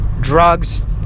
drugs